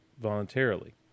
voluntarily